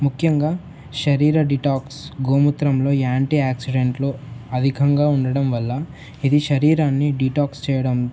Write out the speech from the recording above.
ముఖ్యంగా శరీర డిటాక్స్ గోమూత్రంలో యాంటీ యాక్సిడెంట్లు అధికంగా ఉండడం వల్ల ఇది శరీరాన్ని డిటాక్స్ చెయ్యడం